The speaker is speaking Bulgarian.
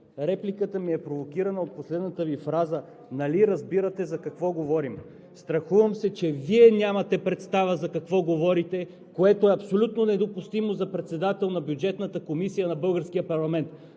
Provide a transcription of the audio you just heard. репликата ми е провокирана от последната Ви фраза: „Нали разбирате за какво говорим?“ Страхувам се, че Вие нямате представа за какво говорите, което е абсолютно недопустимо за председател на Бюджетната комисия на